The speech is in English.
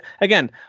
again